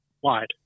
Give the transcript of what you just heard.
wide